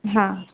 हां